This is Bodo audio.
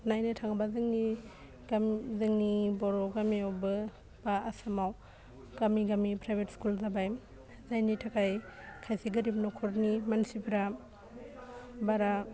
नायनो थाङोबा जोंनि गाम जोंनि बर' गामियावबो बा आसामाव गामि गामि प्राइभेट स्कुल जाबाय जायनि थाखाय खायसे गोरिब न'खरनि मानसिफ्रा बारा